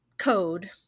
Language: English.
code